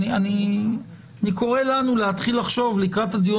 אני קורא לנו להתחיל לחשוב לקראת הדיון